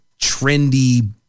trendy